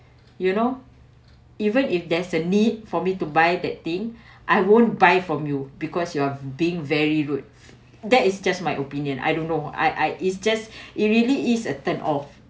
you know even if there's a need for me to buy that thing I won't buy from you because you're being very rude that is just my opinion I don't know I I it's just it really is a turn off